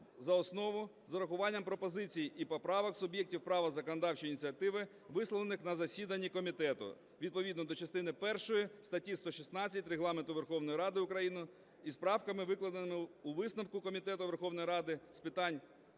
за основу з урахуванням пропозицій і поправок суб'єктів права законодавчої ініціативи, висловлених на засіданні комітету, відповідно до частини першої статті 116 Регламенту Верховної Ради України і з правками, викладеними у висновку Комітету Верховної Ради з питань